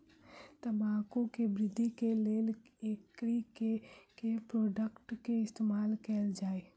तम्बाकू केँ वृद्धि केँ लेल एग्री केँ के प्रोडक्ट केँ इस्तेमाल कैल जाय?